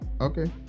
okay